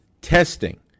testing